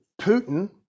Putin